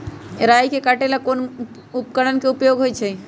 राई के काटे ला कोंन उपकरण के उपयोग होइ छई?